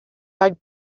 bug